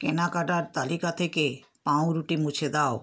কেনাকাটার তালিকা থেকে পাঁউরুটি মুছে দাও